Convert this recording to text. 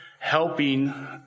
Helping